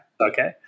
Okay